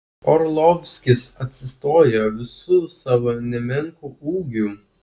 orlovskis atsistojo visu savo nemenku ūgiu